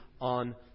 on